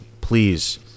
please